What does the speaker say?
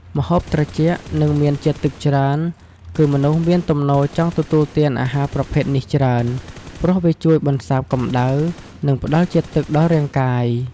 ម្ហូបត្រជាក់ និងមានជាតិទឹកច្រើន គឺមនុស្សមានទំនោរចង់ទទួលទានអាហារប្រភេទនេះច្រើនព្រោះវាជួយបន្សាបកម្ដៅ និងផ្តល់ជាតិទឹកដល់រាងកាយ។